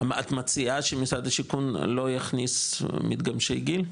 את מציעה שמשרד השיכון לא יכניס מתגמשי גיל,